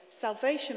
Salvation